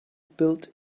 built